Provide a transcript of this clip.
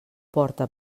porta